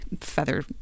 feather